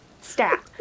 stat